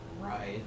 right